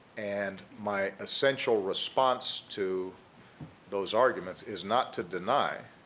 and, my essential response to those arguments is not to deny